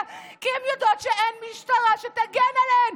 כי הן יודעות שאין משטרה שתגן עליהן.